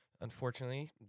unfortunately